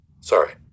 Sorry